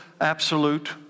Absolute